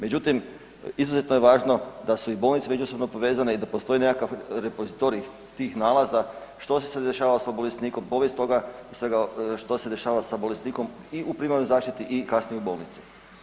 Međutim, izuzetno je važno da su i bolnice međusobno povezane i da postoji nekakav repozitorij tih nalaza, što se sve dešava sa bolesnikom, povijest toga i svega što se dešava sa bolesnikom i u primarnoj zaštiti i kasnije u bolnici.